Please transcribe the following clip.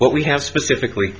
what we have specifically